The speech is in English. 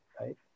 right